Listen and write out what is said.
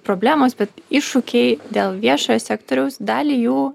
problemos bet iššūkiai dėl viešojo sektoriaus dalį jų